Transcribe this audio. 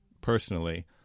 personally